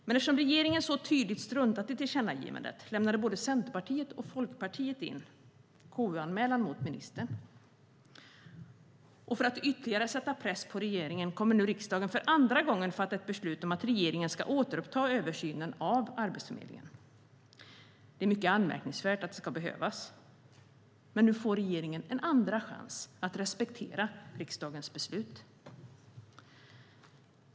Men eftersom regeringen så tydligt struntade i tillkännagivandet lämnade både Centerpartiet och Folkpartiet in en KU-anmälan mot ministern. För att ytterligare sätta press på regeringen kommer riksdagen nu för andra gången att fatta ett beslut om att regeringen ska återuppta översynen av Arbetsförmedlingen. Det är mycket anmärkningsvärt att det ska behövas. Men nu får regeringen alltså en andra chans att respektera riksdagens beslut.